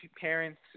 parents